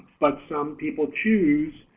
but some people choose